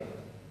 כן.